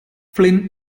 flynn